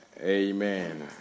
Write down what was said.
amen